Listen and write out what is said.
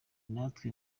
natwe